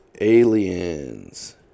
aliens